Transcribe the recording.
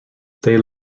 they